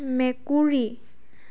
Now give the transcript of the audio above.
মেকুৰী